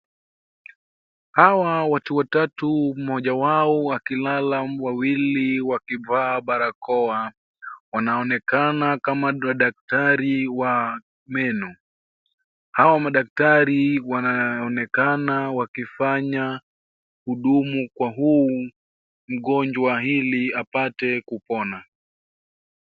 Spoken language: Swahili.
Hawa watu watatu , mmoja wao akilala wawili wakivaa barakoa .Wanaonekana kama madaktari wa meno .Hawa madaktari wanaoekana wakifanya hudumu kwa huyu mgonjwa ili apate kupona .